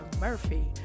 Murphy